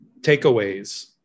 takeaways